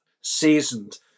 seasoned